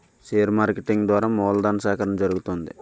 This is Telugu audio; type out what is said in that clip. షేర్ మార్కెటింగ్ ద్వారా మూలధను సేకరణ జరుగుతుంది